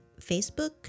Facebook